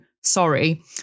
sorry